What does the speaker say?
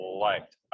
liked